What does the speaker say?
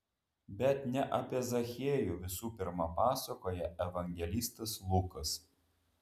bet ne apie zachiejų visų pirma pasakoja evangelistas lukas